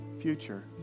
future